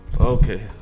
Okay